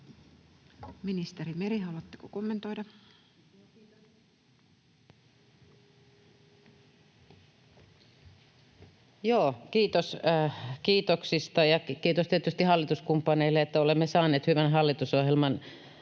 Time: 17:23 Content: Joo, kiitos kiitoksista, ja kiitos tietysti hallituskumppaneille, että olemme saaneet hyvän hallitusohjelman.